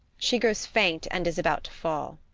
she grows faint and is about to fall.